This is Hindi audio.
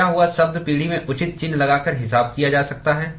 खोया हुआ शब्द पीढ़ी में उचित चिन्ह लगाकर हिसाब किया जा सकता है